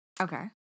Okay